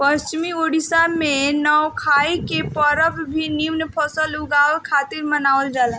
पश्चिम ओडिसा में नवाखाई के परब भी निमन फसल उगला खातिर मनावल जाला